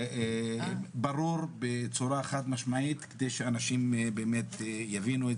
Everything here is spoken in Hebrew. וברור בצורה חד משמעית כדי שאנשים באמת יבינו את